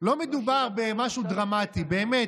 לא מדובר במשהו דרמטי, באמת.